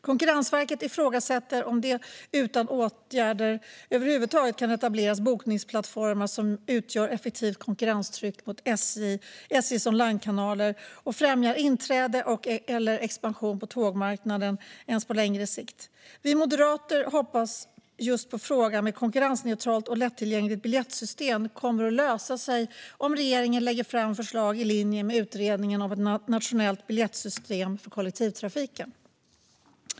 Konkurrensverket ifrågasätter om det utan åtgärder över huvud taget kan etableras bokningsplattformar som utgör effektivt konkurrenstryck mot SJ:s onlinekanaler och främjar inträde och expansion på tågmarknaden på längre sikt. Vi moderater hoppas att just frågan om konkurrensneutralt och lättillgängligt biljettsystem kommer att lösa sig om regeringen lägger fram förslag som är i linje med utredningen om ett nationellt biljettsystem för kollektivtrafiken.